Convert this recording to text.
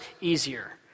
easier